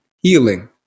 healing